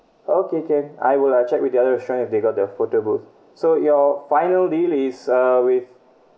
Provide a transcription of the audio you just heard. okay can I will I'll check with the other restaurant if they got their photo booth so your final deal is uh with